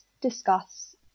discuss